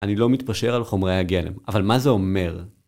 אני לא מתפשר על חומרי הגלם, אבל מה זה אומר?